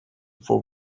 for